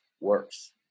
works